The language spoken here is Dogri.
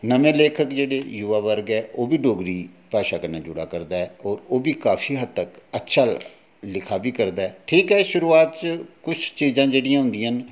नमें लेखक जेह्ड़े जुवा वर्ग ऐ ओह् बी डोगरी भाशा कन्नै जुड़ा करदा ऐ ओह् बी काफी हद्द तक अच्छा लिखा बी करदा ऐ ठीक ऐ शुरूआत च कुछ चीजां जेह्डियां होंदियां न